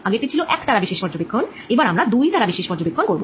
আগেরটি ছিল এক তারা বিশেষ পর্যবেক্ষণ এবার আমরা দুই তারা বিশেষ পর্যবেক্ষণ করব